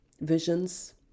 visions